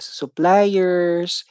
suppliers